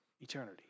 eternity